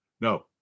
No